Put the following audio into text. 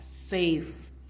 faith